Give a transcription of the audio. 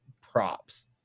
props